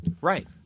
Right